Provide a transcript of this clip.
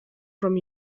from